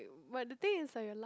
but the thing is like your la~